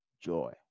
joy